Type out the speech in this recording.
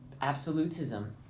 Absolutism